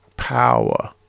power